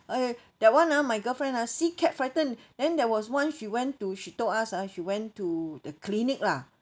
eh that [one] ah my girl friend ah see cat frighten then there was once she went to she told us ah she went to the clinic lah